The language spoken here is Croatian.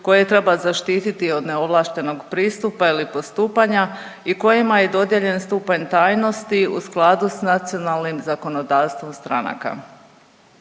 koje treba zaštiti od neovlaštenog pristupa ili postupanja i kojima je dodijeljen stupanj tajnosti u skladu s nacionalnim zakonodavstvom stranaka.